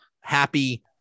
Happy